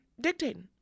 dictating